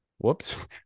Whoops